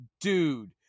dude